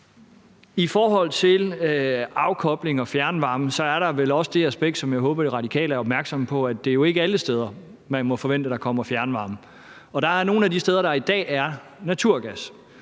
I forhold til afkobling og fjernvarme er der vel også det aspekt, hvilket jeg håber De Radikale er opmærksomme på, at det jo ikke er alle steder, man må forvente der kommer fjernvarme. Der er nogle af de steder, hvor der i dag er naturgas,